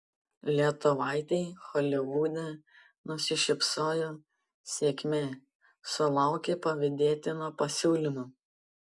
lietuvaitei holivude nusišypsojo sėkmė sulaukė pavydėtino pasiūlymo